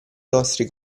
nostri